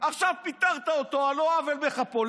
עכשיו פיטרת אותו על לא עוול בכפו.